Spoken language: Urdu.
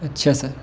اچھا سر